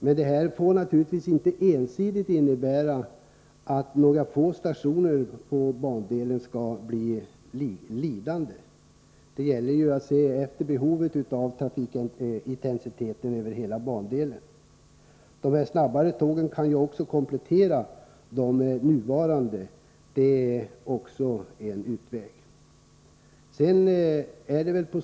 Men det får naturligtvis inte medföra att några få stationer på bandelen ensidigt drabbas. Det gäller att studera trafikintensiteten och behoven i vad gäller hela bandelen. En utväg är att låta de snabbare tågen utgöra ett komplement.